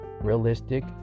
realistic